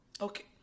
Okay